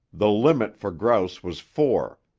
the limit for grouse was four,